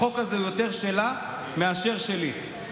החוק הזה יותר שלה מאשר שלי.